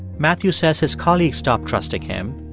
matthew says his colleagues stopped trusting him,